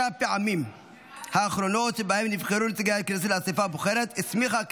אבקש להביא לאישור